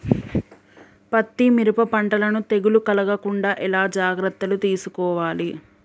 పత్తి మిరప పంటలను తెగులు కలగకుండా ఎలా జాగ్రత్తలు తీసుకోవాలి?